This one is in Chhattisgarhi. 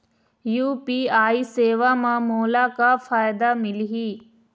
यू.पी.आई सेवा म मोला का फायदा मिलही?